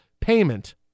payment